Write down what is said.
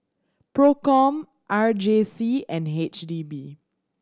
Procom R J C and H D B